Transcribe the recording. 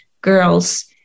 girls